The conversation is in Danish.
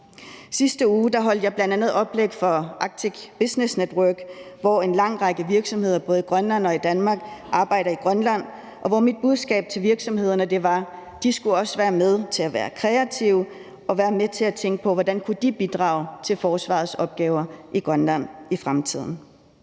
Sidste uge holdt jeg bl.a. et oplæg i Arctic business network for en lang række virksomheder fra både Grønland og Danmark, som arbejder i Grønland, og mit budskab til virksomhederne var, at de også skulle være med til at være kreative og være med til at tænke på, hvordan de kunne bidrage til forsvarets opgaver i Grønland i fremtiden.